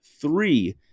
three